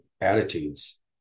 attitudes